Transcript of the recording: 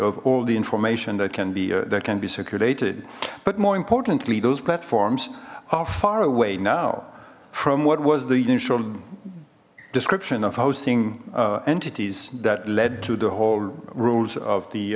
of all the information that can be there can be circulated but more importantly those platforms are far away now from what was the initial description of housing entities that led to the whole rules of the